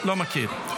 לא מכיר.